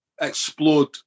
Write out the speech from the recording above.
explode